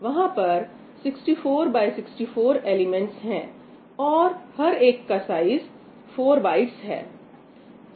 वहां पर 64X64 elements है और हर एक का साइज 4 बाइट्स है